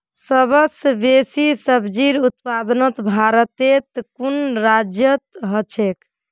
सबस बेसी सब्जिर उत्पादन भारटेर कुन राज्यत ह छेक